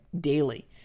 daily